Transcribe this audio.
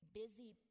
busy